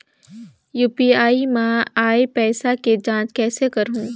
UPI मा आय पइसा के जांच कइसे करहूं?